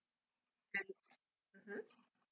mmhmm